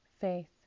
faith